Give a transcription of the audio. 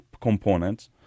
components